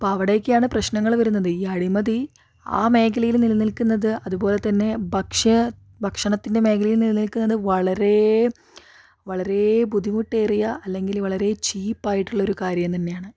അപ്പം അവിടെക്കെയാണ് പ്രശ്നങ്ങൾ വരുന്നത് ഈ അഴിമതി ആ മേഖലയിൽ നിലനിൽക്കുന്നത് അതുപോലെ തന്നെ ഭക്ഷ്യ ഭക്ഷണത്തിൻ്റെ മേഖലയിൽ നിലനിൽക്കുന്നത് വളരെ വളരെ ബുദ്ധിമുട്ടേറിയ അല്ലെങ്കില് വളരെ ചീപ്പായിട്ടുള്ള ഒരു കാര്യം തന്നെയാണ്